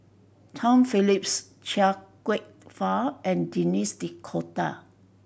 Tom Phillips Chia Kwek Fah and Denis D'Cotta